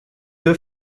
the